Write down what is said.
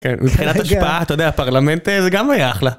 מבחינת השפעה אתה יודע הפרלמנט זה גם היה אחלה.